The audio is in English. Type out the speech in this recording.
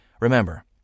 Remember